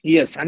Yes